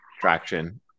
Traction